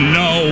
no